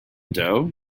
doe